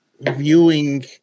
viewing